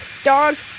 Dogs